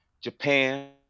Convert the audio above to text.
Japan